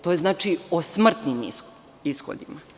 To je o smrtnim ishodima.